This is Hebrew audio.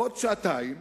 עוד שעתיים,